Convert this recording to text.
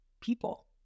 people